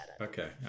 Okay